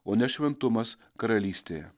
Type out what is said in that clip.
o ne šventumas karalystėje